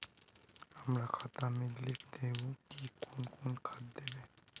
हमरा खाता में लिख दहु की कौन कौन खाद दबे?